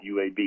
UAB